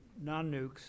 non-nukes